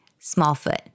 Smallfoot